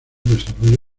desarrollo